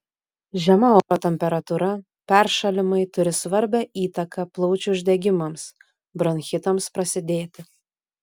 žema oro temperatūra peršalimai turi svarbią įtaką plaučių uždegimams bronchitams prasidėti